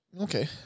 Okay